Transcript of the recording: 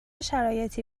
شرایطی